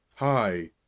Hi